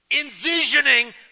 Envisioning